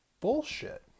bullshit